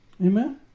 Amen